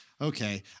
Okay